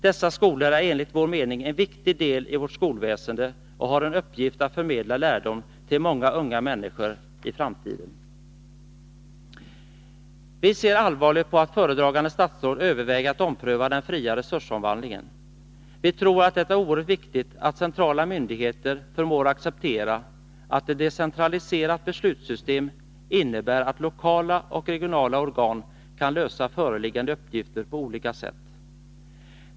Dessa skolor är enligt vår mening en viktig del i vårt skolväsende och har som uppgift att förmedla lärdom till många unga människor i framtiden. Vi ser allvarligt på att föredragande statsråd överväger att ompröva den fria resursfördelningen. Vi tror det är oerhört viktigt att centrala myndigheter förmår acceptera att ett decentraliserat beslutssystem innebär att lokala och regionala organ kan lösa föreliggande uppgifter på olika sätt.